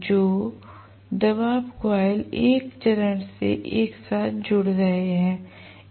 तो दबाव कॉइल एक चरण में एक साथ जुड़ रहे हैं